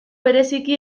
bereziki